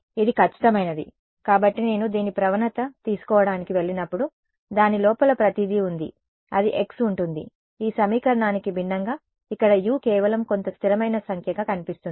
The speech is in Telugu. ఇది ఖచ్చితమైనది కాబట్టి నేను దీని ప్రవణత తీసుకోవడానికి వెళ్ళినప్పుడు దాని లోపల ప్రతిదీ ఉంది అది x ఉంటుంది ఈ సమీకరణానికి భిన్నంగా ఇక్కడ U కేవలం కొంత స్థిరమైన సంఖ్యగా కనిపిస్తుంది